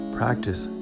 practice